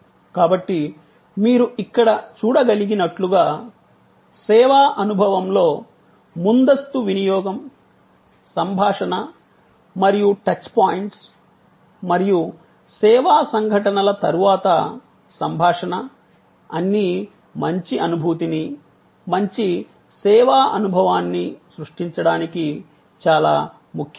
కాబట్టి మీరు ఇక్కడ చూడగలిగినట్లుగా సేవా అనుభవంలో ముందస్తు వినియోగం సంభాషణ మరియు టచ్ పాయింట్స్ మరియు సేవా సంఘటనల తరువాత సంభాషణ అన్నీ మంచి అనుభూతిని మంచి సేవా అనుభవాన్ని సృష్టించడానికి చాలా ముఖ్యమైనవి